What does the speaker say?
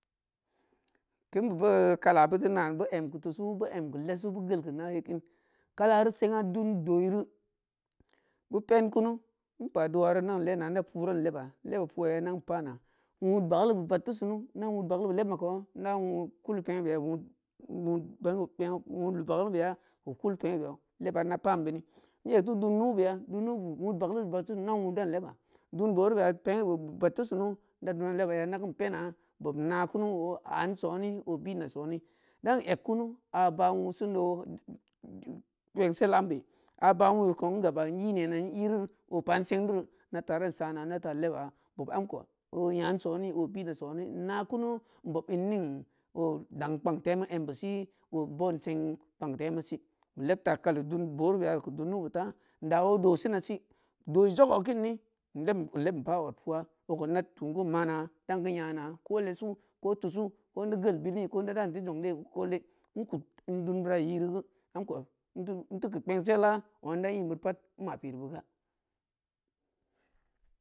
Kein be boo kala beu teu nan beu an keu tusu beu em, keu lesu beu geul keu naye kin kalari seng’a dun dooiri beu pen kunu in pa dowari in dan leena ida puu dan leba in leba pwai geu in dan pana in bagalu be vat teu sunu ida wud bagalu be lebmma koh ida wudkulu peng’u beya wud bagalu beya keu kul peng uu beya leb a ida pan beu ne in eg teu dun nu mu beya dun numu be wud pagalu be beura sen ida wun dan leba dun boorubeya peng’i be vat ti sunu ida dun leba ya idan kein pena bobm ina kunu oan sone o binna sone dan eg kunu a baah wuu sendo kpengsel ambe a baah wuu’i koh in gaba in i nena in i o pan seng duru i data dan sana i data leba bob am koh oyan soe o bina sone in na kunu in bob in ning o dang kpang temu embe si obom seng kpang temusi in lebta kali dun booru beyari keu dun numu ta in da o dasinasi do i jogo keini in lebm in pa od puwa okoh ida tu’un kein mana dan kein nyana ko lesu ko tusu ko in teu geul bili’i ko ida dan teu zpng de geu koole in kud dunbeurai iri geu am koh inteu in teu keu kpepng sela ong’a nda in beuri pat in ma piri beu ga.